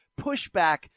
pushback